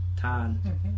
Tan